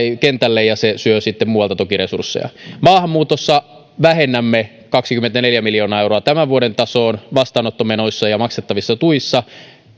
kentälle ja se syö sitten muualta toki resursseja maahanmuutossa vähennämme kaksikymmentäneljä miljoonaa euroa tämän vuoden tasoon vastaanottomenoissa ja maksettavissa tuissa